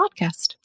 podcast